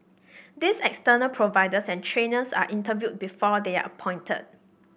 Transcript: these external providers and trainers are interviewed before they are appointed